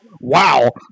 wow